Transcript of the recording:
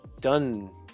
done